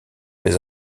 des